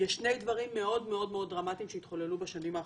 יש שני דברים מאוד מאוד דרמטיים שהתחוללו בשנים האחרונות.